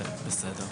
ובסדר.